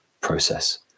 process